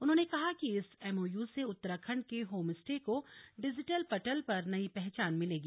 उन्होंने कहा कि इस एमओयू से उत्तराखण्ड के होम स्टे को डिजीटल पटल पर नई पहचान मिलेगी